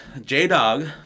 J-Dog